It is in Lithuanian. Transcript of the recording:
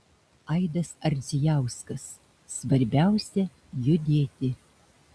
aidas ardzijauskas svarbiausia judėti